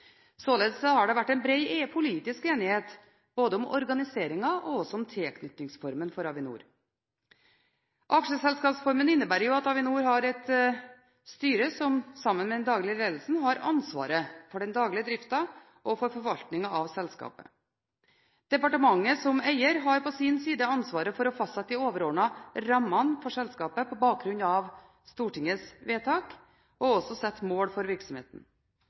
har således vært bred politisk enighet både om organiseringen og om tilknytningsformen for Avinor. Aksjeselskapsformen innebærer at Avinor har et styre som sammen med den daglige ledelsen har ansvaret for den daglige driften og forvaltningen av selskapet. Departementet som eier har på sin side ansvaret for å fastsette de overordnede rammene for selskapet på bakgrunn av Stortingets vedtak og også sette mål for virksomheten.